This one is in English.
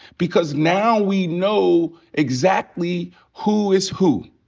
because now we know exactly who is who.